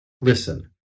Listen